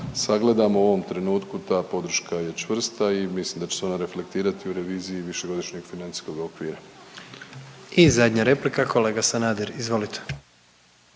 sagledamo u ovom trenutku ta podrška je čvrsta i mislim da će se ona reflektirati u reviziji Višegodišnjeg financijskog okvira. **Jandroković, Gordan (HDZ)** I zadnja replika kolega Sanader, izvolite.